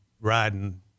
riding